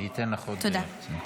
תודה.